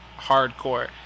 hardcore